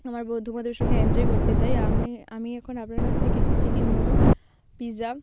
আমার বন্ধুবান্ধবের সঙ্গে এনজয় করতে চাই আমনি আমি এখন আপনার কাছ থেকে একটি চিকেন মোমো পিজ্জা